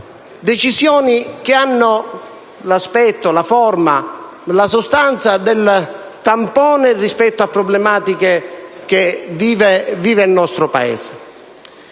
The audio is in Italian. decisioni che hanno la forma e la sostanza del tampone rispetto a problematiche che vive il nostro Paese.